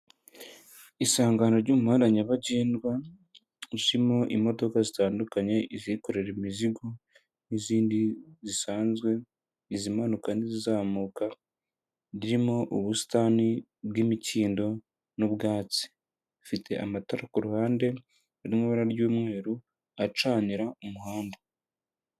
Isangano ry'umuhanda nyabagendwa urimo imodoka zitandukanye izikorera imizigo. N'izindi zisanzwe izi mpanuka n'izizamuka ririmo ubusitani bw'imikindo n'ubwatsi. Bifite amatara ku ruhande ari mu ibara ry'umweru acanira umuhanda.